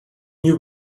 new